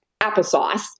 applesauce